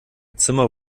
zimmer